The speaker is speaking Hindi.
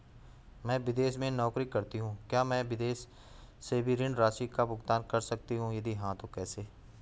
मैं विदेश में नौकरी करतीं हूँ क्या मैं विदेश से भी ऋण राशि का भुगतान कर सकती हूँ यदि हाँ तो कैसे?